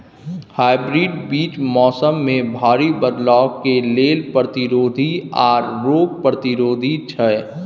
hybrid बीज मौसम में भारी बदलाव के लेल प्रतिरोधी आर रोग प्रतिरोधी छै